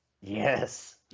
Yes